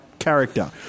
character